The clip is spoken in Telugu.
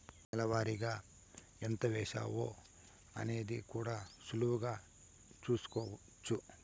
నెల వారిగా ఎంత వేశామో అనేది కూడా సులువుగా చూస్కోచ్చు